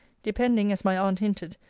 depending, as my aunt hinted,